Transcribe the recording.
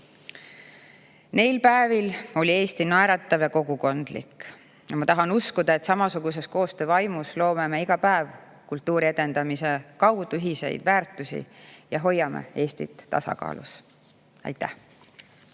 Neil päevil oli Eesti naeratav ja kogukondlik. Ma tahan uskuda, et samasuguses koostöövaimus loome me iga päev kultuuri edendamise kaudu ühiseid väärtusi ja hoiame Eestit tasakaalus. Aitäh!